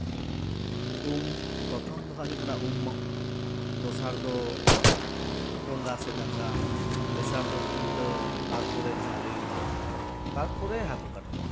ᱩᱢ ᱯᱨᱚᱛᱷᱚᱢ ᱫᱚ ᱦᱟᱸᱜ ᱦᱩᱭᱩᱜ ᱠᱟᱱᱟ ᱩᱢ ᱫᱚᱥᱟᱨ ᱫᱚ ᱵᱚᱸᱜᱟ ᱥᱮ ᱫᱟᱠᱟ ᱛᱮᱥᱟᱨ ᱫᱚ ᱠᱷᱩᱱᱴᱟᱹᱣ ᱛᱟᱨᱯᱚᱨᱮ ᱡᱟᱞᱮ ᱛᱟᱨᱯᱚᱨᱮ ᱦᱟᱹᱠᱩᱼᱠᱟᱴᱠᱚᱢ